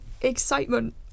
excitement